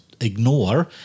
ignore